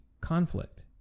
conflict